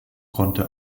konnte